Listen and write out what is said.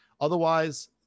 Otherwise